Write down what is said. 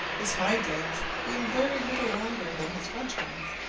his hind legs being very little longer than his front ones.